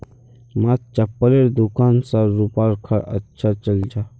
मात्र चप्पलेर दुकान स रूपार घर अच्छा चल छ